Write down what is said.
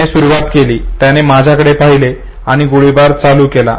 त्याने सुरुवात केली त्याने माझ्याकडे पाहिले आणि गोळीबार चालू केला